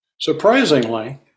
Surprisingly